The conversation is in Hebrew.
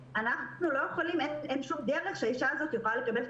וכך אין שום דרך שהאישה הזו יכולה לקבל את